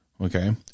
Okay